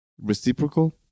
Reciprocal